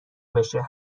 بشه